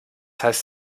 heißt